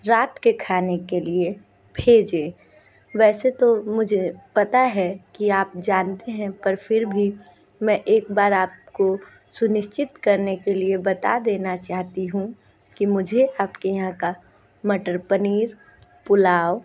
रात के खाने के लिए भेजें वैसे तो मुझे पता है कि आप जानते हैं पर फिर भी मैं एक बार आप को सुनिश्चित करने के लिए बता देना चाहती हूँ कि मुझे आप के यहाँ का मटर पनीर पुलाव